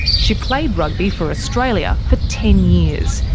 she played rugby for australia for ten years,